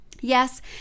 Yes